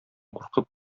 куркып